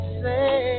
say